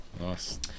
Nice